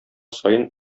саен